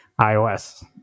ios